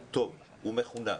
הוא טוב, הוא מחונן